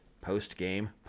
post-game